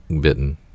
bitten